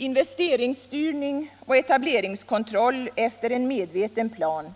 Investeringsstyrning och etableringskontroll efter en medveten plan